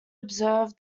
observe